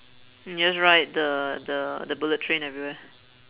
just ride the the the bullet train everywhere